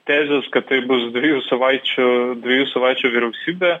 tezės kad tai bus dviejų savaičių dviejų savaičių vyriausybė